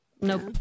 nope